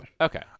Okay